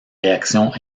réactions